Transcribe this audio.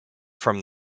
from